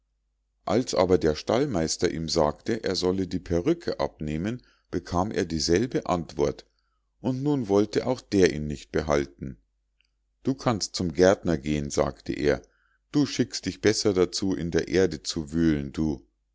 als aber der stallmeister ihm sagte er solle die perrücke abnehmen bekam dieser dieselbe antwort und nun wollte auch der ihn nicht behalten du kannst zum gärtner gehen sagte er du schickst dich besser dazu in der erde zu wühlen du